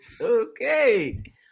okay